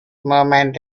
moment